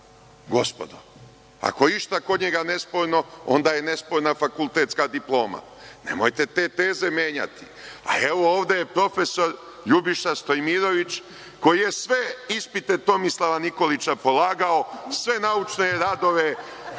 gospodo. Ako je išta kod njega nesporno, onda je nesporna fakultetska diploma. Nemojte te teze menjati. Evo, ovde je profesor Ljubiša Stojmirović koji je sve ispite Tomislava Nikolića polagao, sve naučne radove,